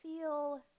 feel